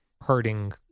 hurting